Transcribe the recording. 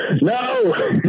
No